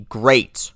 great